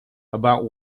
about